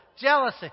jealousy